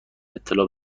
اطلاع